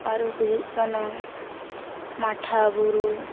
ᱟᱨᱚ ᱦᱩᱭᱩᱜ ᱠᱟᱱᱟ ᱢᱟᱴᱷᱟ ᱵᱩᱨᱩ